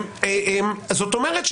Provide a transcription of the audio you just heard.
זאת אומרת,